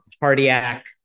cardiac